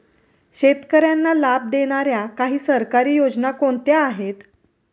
शेतकऱ्यांना लाभ देणाऱ्या काही सरकारी योजना कोणत्या आहेत?